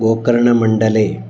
गोकर्णमण्डले